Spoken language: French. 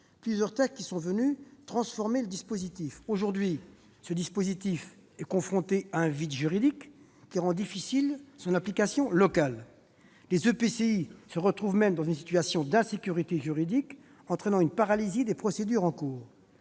de textes qui ont transformé le dispositif. Aujourd'hui, ce dernier est confronté à un vide juridique, qui rend difficile son application locale. Des EPCI se retrouvent même dans des situations d'insécurité juridique, entraînant une paralysie des procédures en cours.